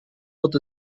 wird